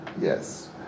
Yes